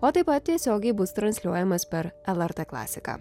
o taip pat tiesiogiai bus transliuojamas per lrt klasiką